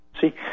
See